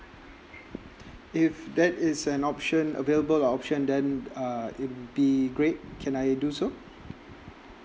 if that is an option available option then uh it will be great can I do so